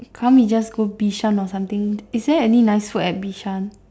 can't we just go Bishan or something is there any nice food at Bishan